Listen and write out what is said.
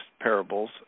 parables